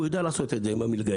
הוא יודע לעשות את זה עם המלגאים.